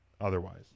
Otherwise